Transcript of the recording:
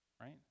right